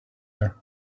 there